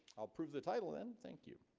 i'll prove the title then thank you